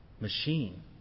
machine